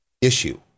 issue